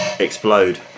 explode